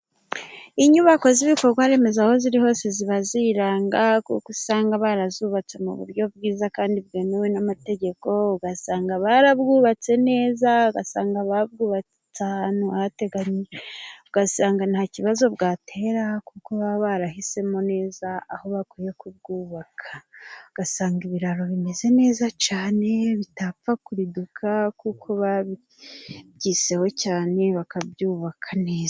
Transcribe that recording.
Inyubako z'ibikorwa remezo, aho ziri hose ziba ziranga, kuko usanga barazubatse mu buryo bwiza kandi bwemewe n'amategeko, ugasanga barabwubatse neza, ugasanga babwubatse ahantu hateganijwe, ugasanga nta kibazo bwatera kuko baba barahisemo neza aho bakwiye kubwubaka, ugasanga ibiraro bimeze neza cyane, bitapfa kuriduka kuko babyiseho cyane bakabyubaka neza.